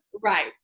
Right